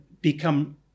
become